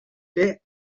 que